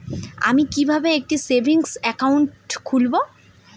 আমি কিভাবে একটি সেভিংস অ্যাকাউন্ট খুলব?